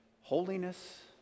holiness